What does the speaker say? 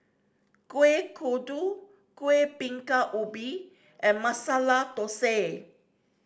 Kuih Kodok Kueh Bingka Ubi and Masala Thosai